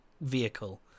vehicle